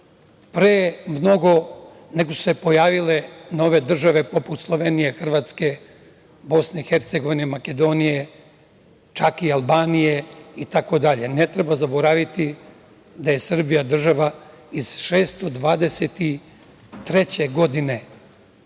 pre mnogo nego se pojavile nove države poput Slovenije, Hrvatske, BiH, Makedonije, čak i Albanije itd. Ne treba zaboraviti da je Srbija država iz 623. godine,